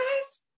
guys